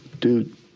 Dude